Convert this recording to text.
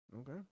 Okay